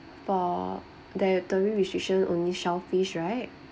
for dietary restriction only shellfish right